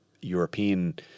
European